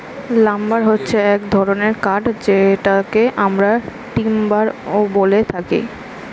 lumber হচ্ছে এক ধরনের কাঠ যেটাকে আমরা টিম্বারও বলে থাকি